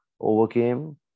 overcame